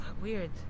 Weird